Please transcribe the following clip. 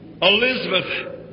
Elizabeth